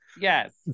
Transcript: Yes